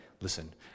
listen